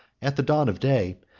at the dawn of day,